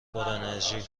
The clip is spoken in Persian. پرانرژی